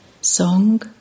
Song